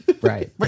Right